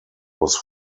was